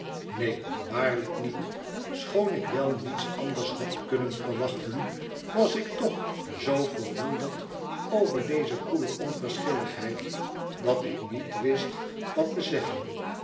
neen waarlijk niet schoon ik wel niets anders had kunnen verwachten was ik toch zoo verwonderd over deze koele onverschilligheid dat ik niet wist wat te zeggen